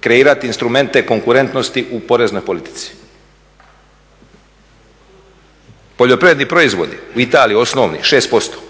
kreirati instrumente konkurentnosti u poreznoj politici. Poljoprivredni proizvodi u Italiji osnovni 6%,